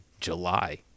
july